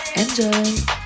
enjoy